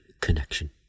connection